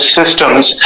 systems